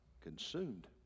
consumed